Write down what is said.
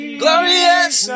glorious